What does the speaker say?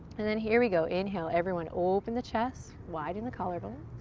and then here we go, inhale. everyone open the chest, wide in the collar bone.